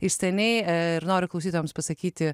iš seniai ir noriu klausytojams pasakyti